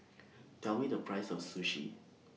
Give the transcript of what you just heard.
Tell Me The Price of Sushi